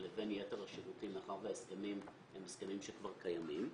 לבין יתר השירותים מאחר שההסכמים הם הסכמים שכבר קיימים.